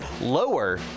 lower